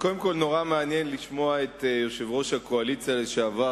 נורא מעניין לשמוע את יושב-ראש הקואליציה לשעבר,